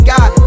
God